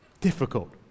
Difficult